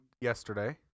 yesterday